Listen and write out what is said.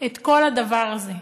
את כל הדבר הזה?